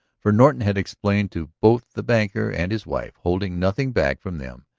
for norton had explained to both the banker and his wife, holding nothing back from them,